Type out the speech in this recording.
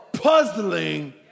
puzzling